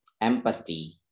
empathy